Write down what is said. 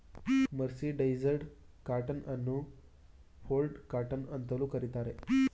mercerised cotton ಅನ್ನು fulled cotton ಅಂತಲೂ ಕರಿತಾರೆ